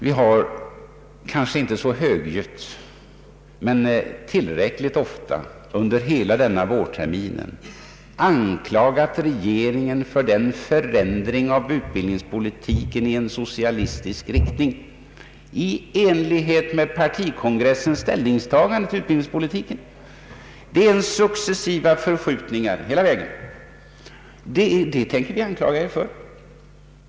Vi har kanske inte så högljutt men tillräckligt ofta under hela denna vårtermin anklagat regeringen för en förändring av utbildningspolitiken i socialistisk riktning i enlighet med partikongressens ställningstaganden. Detta tänker vi även fortsättningsvis anklaga er för.